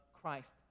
Christ